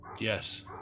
Yes